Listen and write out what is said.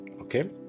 Okay